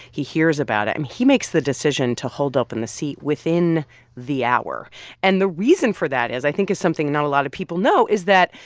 he hears about it, and he makes the decision to hold open the seat within the hour and the reason for that is i think is something not a lot of people know is that,